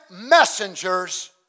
messengers